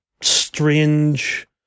strange